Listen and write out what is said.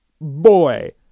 boy